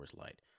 Light